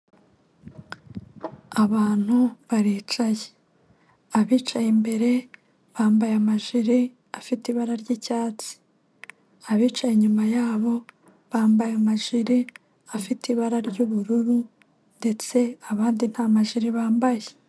Abantu baricaye, abicaye imbere bambaye amajiri afite ibara ry'icyatsi, abicaye inyuma yabo bambaye amajiri afite ibara ry'ubururu, ndetse abandi nta majiri bambaye.